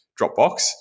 Dropbox